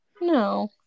No